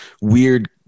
weird